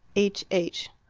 h. h.